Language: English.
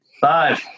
Five